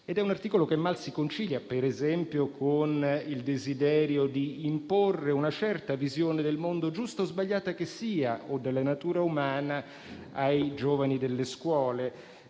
È un articolo che mal si concilia, per esempio, con il desiderio di imporre una certa visione del mondo, giusta o sbagliata che sia, o della natura umana ai giovani delle scuole.